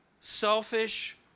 selfish